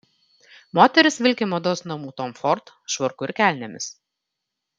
moteris vilki mados namų tom ford švarku ir kelnėmis